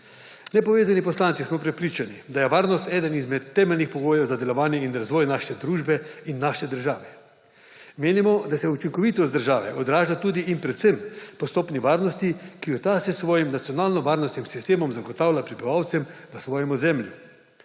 Nepovezani poslanci smo prepričani, da je varnost eden izmed temeljnih pogojev za delovanje in razvoj naše družbe in naše države. Menimo, da se učinkovitost države odraža tudi in predvsem po stopnji varnosti, ki jo ta s svojim nacionalnovarnostnim sistemom zagotavlja prebivalcem na svojem ozemlju.